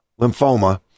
lymphoma